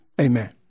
amen